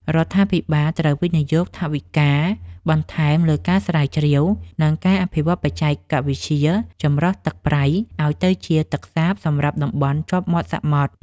រដ្ឋាភិបាលត្រូវវិនិយោគថវិកាបន្ថែមលើការស្រាវជ្រាវ និងអភិវឌ្ឍន៍បច្ចេកវិទ្យាចម្រោះទឹកប្រៃឱ្យទៅជាទឹកសាបសម្រាប់តំបន់ជាប់មាត់សមុទ្រ។